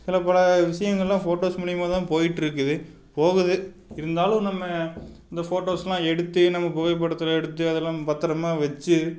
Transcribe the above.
சில பல விஷயங்கள்லாம் ஃபோட்டோஸ் மூலயமா தான் போயிட்டிருக்குது போகுது இருந்தாலும் நம்ம இந்த ஃபோட்டோஸெலாம் எடுத்து நம்ம புகைப்படத்தில் எடுத்து அதெல்லாம் பத்திரமா வச்சு